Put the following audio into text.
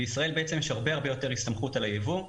בישראל בעצם יש הרבה יותר הסתמכות על הייבוא,